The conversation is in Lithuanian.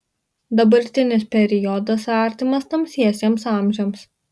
dabartinis periodas artimas tamsiesiems amžiams